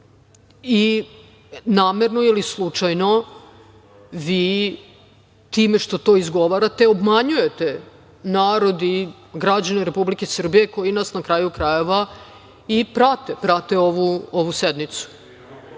i namerno ili slučajno vi time što to izgovarate obmanjujete narodi i građane Republike Srbije koji nas, na kraju krajeva i prate, prate ovu sednicu. Pod